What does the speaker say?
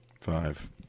five